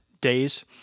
days